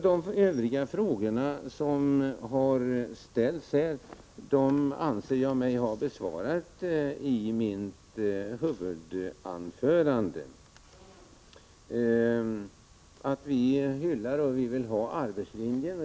De övriga frågor som här har ställts anser jag mig ha besvarat i mitt huvudanförande. Vi hyllar och vi vill driva arbetslinjen.